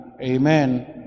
Amen